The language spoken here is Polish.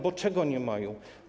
Bo czego nie mają?